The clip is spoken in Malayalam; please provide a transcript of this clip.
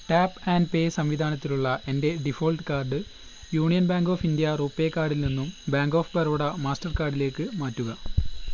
ടാപ്പ് ആൻഡ് പേ സംവിധാനത്തിലുള്ള എൻ്റെ default card Union Bank of India RuPay കാർഡിൽ നിന്നും ബാങ്ക് ഓഫ് ബറോഡ മാസ്റ്റർ കാർഡിലേക്ക് മാറ്റുക